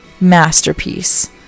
masterpiece